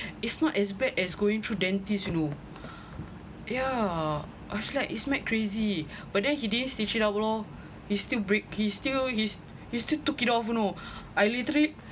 it's not as bad as going through dentists you know yeah I was like is mad crazy but then he didn't stitch it up lor he's still break he still he's he's still took it off you know I literally